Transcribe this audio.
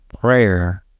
prayer